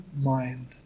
mind